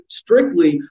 strictly